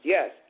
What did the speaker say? Yes